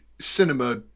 cinema